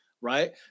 right